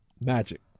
Magic